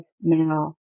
now